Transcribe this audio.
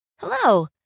Hello